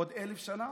בעוד 1,000 שנה?